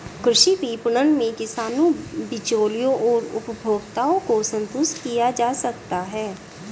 कृषि विपणन में किसानों, बिचौलियों और उपभोक्ताओं को संतुष्ट किया जा सकता है